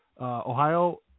Ohio